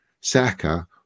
Saka